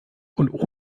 und